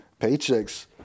paychecks